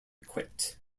quit